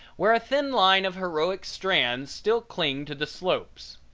where a thin line of heroic strands still cling to the slopes.